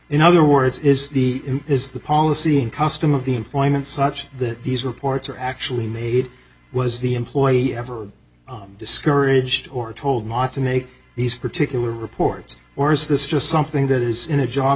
in other words is the is the policy and custom of the employment such that these reports are actually made was the employee ever discouraged or told not to make these particular reports or is this just something that is in a job